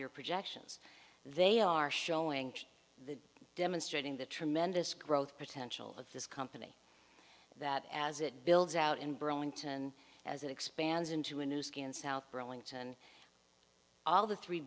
year projections they are showing the demonstrating the tremendous growth potential of this company that as it builds out in burlington as it expands into a new skin south burlington all the three